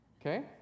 Okay